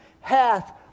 hath